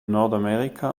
nordamerika